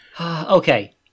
Okay